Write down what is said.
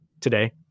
today